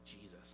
Jesus